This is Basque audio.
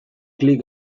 klik